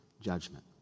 judgment